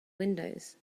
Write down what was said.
windows